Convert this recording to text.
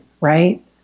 right